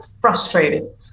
frustrated